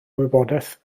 wybodaeth